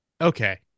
okay